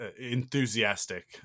enthusiastic